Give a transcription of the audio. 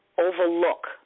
overlook